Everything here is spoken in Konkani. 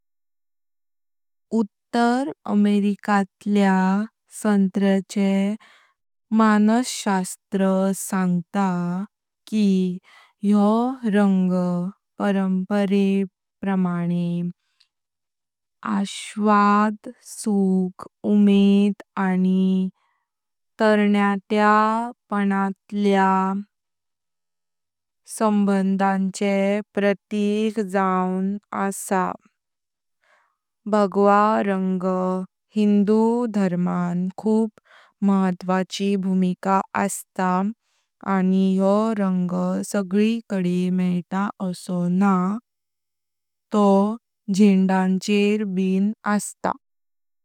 उत्तर अमेरिकातल्या संत्र्याचे मानसशास्त्र सांगता की हो रंग परंपरेन आशावाद, सुख, उमेद आनी तारुण्यातल्या संबंधाचें प्रत्येक जवन आसा। भगवा रंग हिंदू धर्मांत खूप महत्वाची भूमिका असता। आनी योह रंग सगळीत कदी मेटा असो न्हा तों झेंड्यांचेर ब असता।